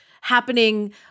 happening